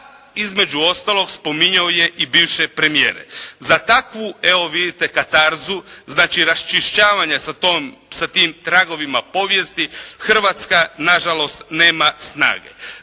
između ostalog spominjao je i bivše premijere. Za takvu, evo vidite katarzu, znači raščišćavanja sa tim tragovima povijesti, Hrvatska na žalost nema snage.